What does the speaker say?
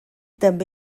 també